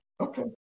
Okay